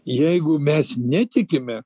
jeigu mes netikime